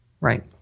Right